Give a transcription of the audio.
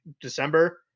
december